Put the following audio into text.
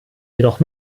jedoch